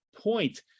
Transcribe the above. point